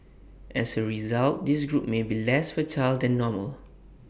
as A result this group may be less fertile than normal